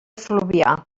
fluvià